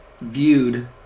viewed